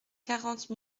quarante